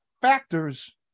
factors